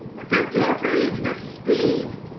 effect your rage with speed.